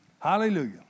Hallelujah